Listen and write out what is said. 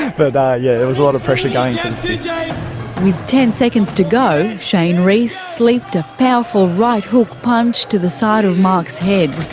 but yeah, there was a lot of pressure going ten seconds to go, cheyne reese slipped a powerful right hook punch to the side of mark's head.